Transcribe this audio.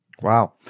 Wow